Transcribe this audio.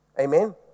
Amen